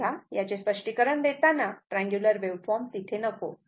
तेव्हा याचे स्पष्टीकरण देताना ट्रँग्युलर वेव्हफॉर्म तिथे नको